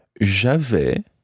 J'avais